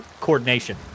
coordination